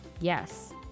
yes